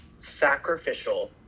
sacrificial